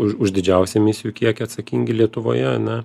už už didžiausią emisijų kiekį atsakingi lietuvoje ar ne